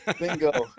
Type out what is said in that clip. bingo